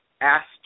asked